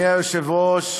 אדוני היושב-ראש,